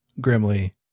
Grimly